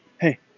hey